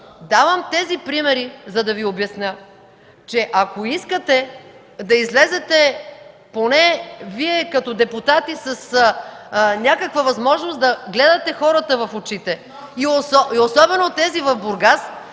Давам тези примери, за да Ви обясня, че ако искате да излезете поне Вие, като депутати, с някаква възможност да гледате хората в очите и особено тези в Бургас,